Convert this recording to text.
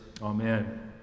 Amen